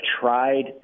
tried